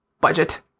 budget